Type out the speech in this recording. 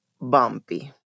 bumpy